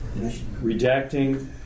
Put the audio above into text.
redacting